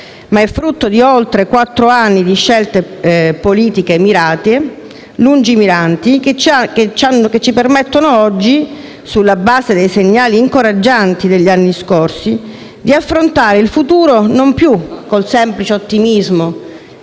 ma è frutto di oltre quattro anni di scelte politiche mirate e lungimiranti che ci permettono, oggi, sulla base dei segnali incoraggianti degli anni scorsi, di affrontare il futuro non più col semplice ottimismo